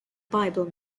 bible